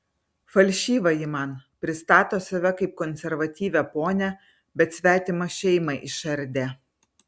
falšyva ji man pristato save kaip konservatyvią ponią bet svetimą šeimą išardė